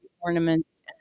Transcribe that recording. ornaments